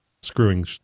screwing